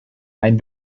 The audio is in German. ein